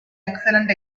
excellent